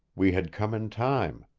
we had come in time.